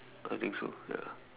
I think so ya